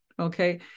Okay